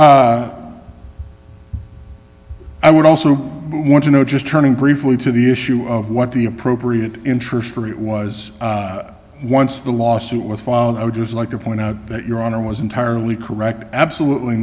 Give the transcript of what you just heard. r i would also want to know just turning briefly to the issue of what the appropriate interest for it was once the lawsuit was filed i would just like to point out that your honor was entirely correct absolutely